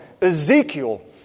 Ezekiel